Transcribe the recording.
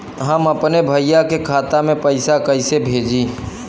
हम अपने भईया के खाता में पैसा कईसे भेजी?